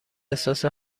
احساس